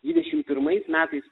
dvidešim pirmais metais